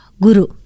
guru